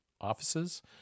offices